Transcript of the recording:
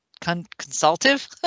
Consultative